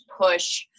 push